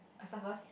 I start first